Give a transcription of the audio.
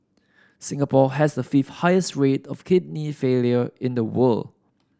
Singapore has the fifth highest rate of kidney failure in the world